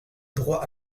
droit